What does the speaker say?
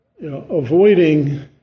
avoiding